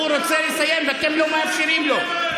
הוא רוצה לסיים, ואתם לא מאפשרים לו.